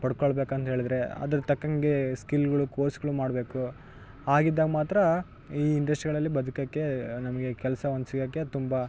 ಪಡ್ಕೊಳ್ಬೇಕು ಅಂತೇಳಿದ್ರೆ ಅದ್ರ ತಕ್ಕಂಗೆ ಸ್ಕಿಲ್ಗಳು ಕೋರ್ಸ್ಗಳು ಮಾಡಬೇಕು ಹಾಗಿದ್ದಾಗ ಮಾತ್ರ ಈ ಇಂಡಸ್ಟ್ರಿಗಳಲ್ಲಿ ಬದ್ಕೋಕೆ ನಮಗೆ ಕೆಲಸ ಒಂದು ಸಿಗೋಕೆ ತುಂಬ